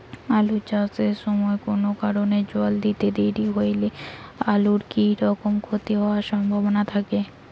আলু চাষ এর সময় কুনো কারণে জল দিতে দেরি হইলে আলুর কি রকম ক্ষতি হবার সম্ভবনা থাকে?